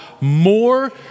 more